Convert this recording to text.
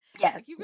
Yes